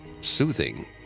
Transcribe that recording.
soothing